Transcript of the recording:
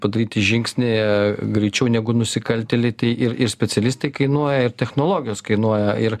padaryti žingsnį greičiau negu nusikaltėliai tai ir ir specialistai kainuoja ir technologijos kainuoja ir